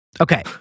Okay